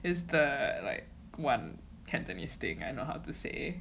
is the like one cantonese thing I know how to say